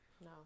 No